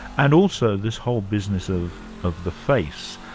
and also this whole business of of the face.